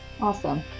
Awesome